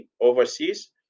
overseas